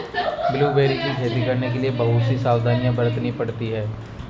blueberry की खेती करने के लिए बहुत सी सावधानियां बरतनी पड़ती है